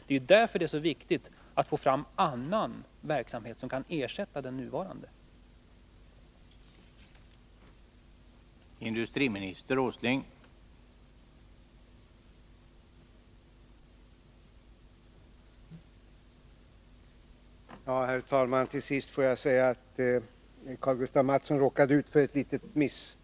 Det är därför som det är så viktigt att Om beslutad ned få fram annan verksamhet som kan ersätta den nuvarande. läggning av board